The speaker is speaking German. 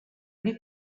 die